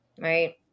right